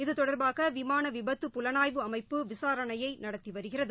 இது தொடர்பாக விமான விபத்து புலனாய்வு அமைப்பு விசாரணையை நடத்தி வருகிறது